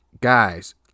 Guys